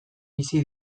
bizi